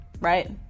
Right